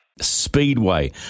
Speedway